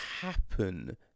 happen